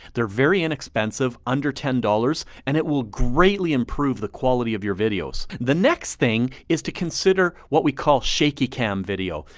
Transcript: they're very inexpensive, under ten dollars, and it will greatly improve the quality of your videos. the next thing is to consider what we call shaky cam video.